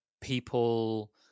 people